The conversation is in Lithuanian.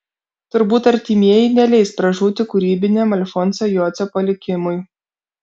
turbūt artimieji neleis pražūti kūrybiniam alfonso jocio palikimui